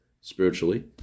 spiritually